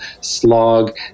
slog